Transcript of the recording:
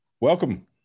welcome